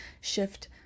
shift